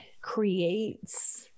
creates